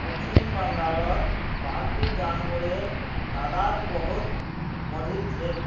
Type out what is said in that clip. पश्चिम बंगालत पालतू जानवरेर तादाद बहुत बढ़िलछेक